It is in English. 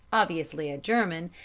obviously a german,